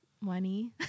money